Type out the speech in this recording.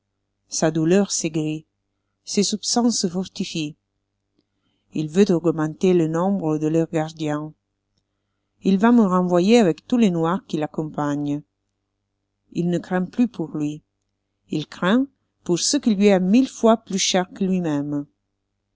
sa douleur s'aigrit ses soupçons se fortifient il veut augmenter le nombre de leurs gardiens il va me renvoyer avec tous les noirs qui l'accompagnent il ne craint plus pour lui il craint pour ce qui lui est mille fois plus cher que lui-même